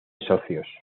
socios